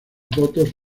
votos